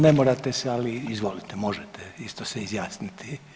Ne morate se, ali izvolite možete isto se izjasniti.